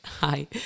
Hi